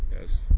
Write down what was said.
Yes